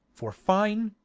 for fine,